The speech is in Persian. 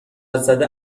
زده